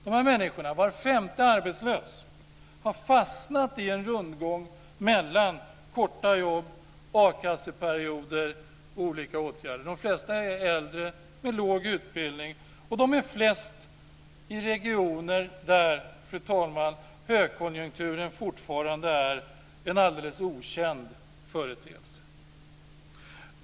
De här människorna, var femte arbetslös, har fastnat i en rundgång mellan kortvariga jobb, a-kasseperioder och olika åtgärder. De flesta är äldre med låg utbildning, och de är flest i regioner där högkonjunkturen fortfarande är en alldeles okänd företeelse, fru talman.